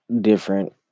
different